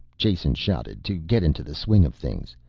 jason shouted to get into the swing of things.